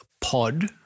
pod